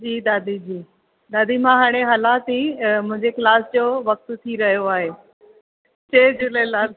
जी दादी जी दादी मां हाणे हलां थी मुंहिंजे क्लास जो वक़्तु थी रहियो आहे जय झूलेलाल